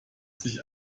sich